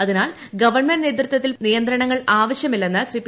അതിനാൽ ഗവൺമെന്റ് നേതൃത്വത്തിൽ പുതിയ നിയന്ത്രണങ്ങൾ ആവശ്യമില്ലെന്നും ശ്രീ പി